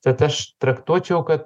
tad aš traktuočiau kad